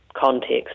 context